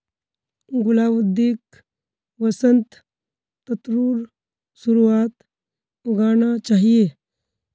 गुलाउदीक वसंत ऋतुर शुरुआत्त उगाना चाहिऐ